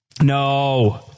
No